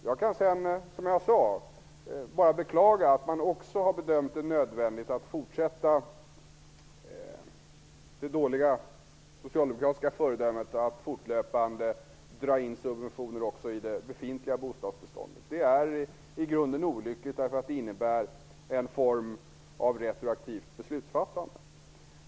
Jag kan vidare, som jag sagt, bara beklaga att man också har bedömt det nödvändigt att fortsätta med den dåliga socialdemokratiska politiken att efter hand dra in subventioner också i det befintliga bostadsbeståndet. Det är i grunden olyckligt, eftersom det innebär en form av retroaktivt beslutsfattande.